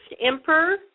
emperor